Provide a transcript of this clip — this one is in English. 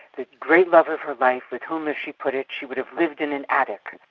the great love of her life with whom, as she put it, she would have lived in an attic.